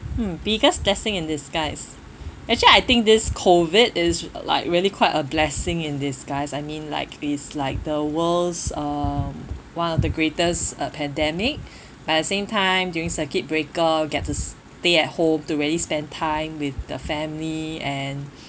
mm biggest blessing in disguise actually I think this COVID is like really quite a blessing in disguise I mean like it's like the world's um one of the greatest uh pandemic but at the same time during circuit breaker get to stay at home to really spend time with the family and